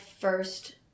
first